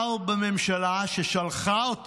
'שר בממשלה ששלחה את